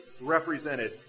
represented